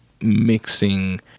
mixing